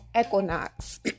equinox